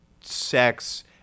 sex